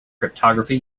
cryptography